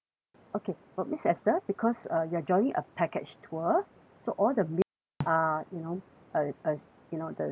okay for miss esther because uh you are joining a package tour so all the meals are you know uh uh you know the